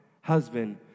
husband